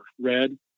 red